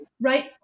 right